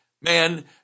man